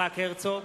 יצחק הרצוג,